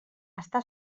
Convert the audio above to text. està